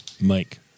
Mike